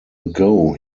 ago